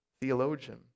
theologian